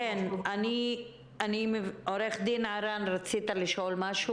עו"ד ערן, בבקשה.